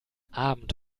abend